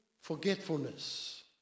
forgetfulness